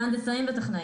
זה הנדסאים וטכנאים.